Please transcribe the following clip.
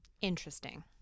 interesting